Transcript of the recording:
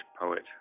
Poet